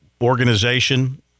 organization